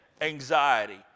anxiety